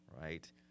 right